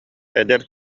эдэр